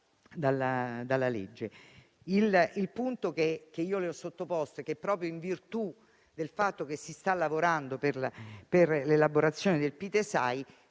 Il punto che le ho sottoposto è che proprio in virtù del fatto che si sta lavorando all'elaborazione del Pitesai,